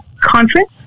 conference